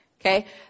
Okay